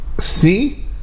See